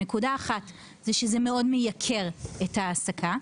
הנקודה האחת היא שזה מאוד מייקר את ההעסקה,